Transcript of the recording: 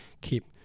keep